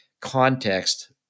context